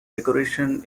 decoration